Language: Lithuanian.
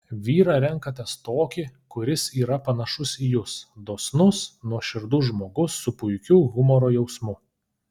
vyrą renkatės tokį kuris yra panašus į jus dosnus nuoširdus žmogus su puikiu humoro jausmu